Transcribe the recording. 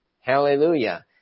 Hallelujah